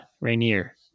Rainier